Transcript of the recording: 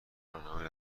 راهنمایی